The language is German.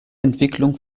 entwicklungen